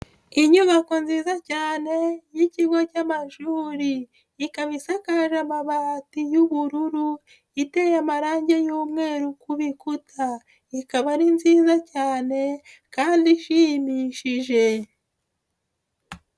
Inyubako nziza cyane y'ikigo cy'amashuri ikaba isakaje amabati y'ubururu, iteye amarangi y'umweru ku bikuta, ikaba ari nziza cyane kandi ishimishije.